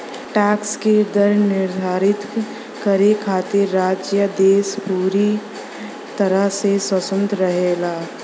tax क दर निर्धारित करे खातिर राज्य या देश पूरी तरह से स्वतंत्र रहेला